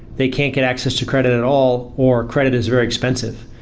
they can't get access to credit at all, or credit is very expensive.